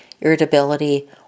irritability